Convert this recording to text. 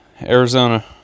Arizona